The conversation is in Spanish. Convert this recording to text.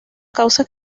causas